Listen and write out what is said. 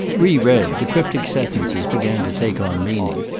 reread, the cryptic sentences began to take on meaning.